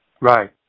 Right